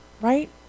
right